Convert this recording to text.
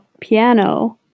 Piano